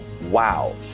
wow